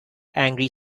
angry